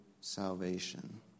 salvation